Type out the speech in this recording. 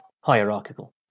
hierarchical